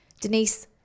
Denise